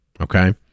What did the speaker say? okay